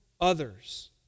others